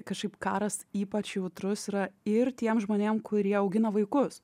kažkaip karas ypač jautrus yra ir tiem žmonėm kurie augina vaikus